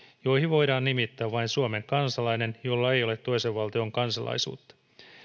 joihin voidaan nimittää vain suomen kansalainen jolla ei ole toisen valtion kansalaisuutta